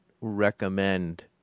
recommend